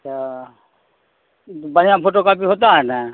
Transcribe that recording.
اچھا بڑھیا photo copy ہوتا ہے نا